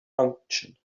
function